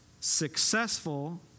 successful